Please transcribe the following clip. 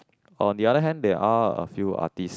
on the other hand there are a few artists